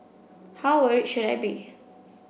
how worried should I be